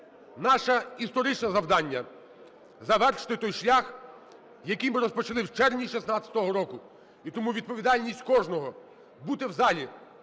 наше історичне завдання – завершити той шлях, який ми розпочали в червні 16-го року. І тому відповідальність кожного – бути в залі,